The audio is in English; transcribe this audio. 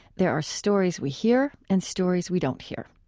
there are stories we hear and stories we don't hear.